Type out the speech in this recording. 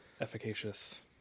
efficacious